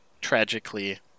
tragically